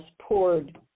poured